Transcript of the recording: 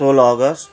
सोह्र अगस्त